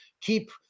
Keep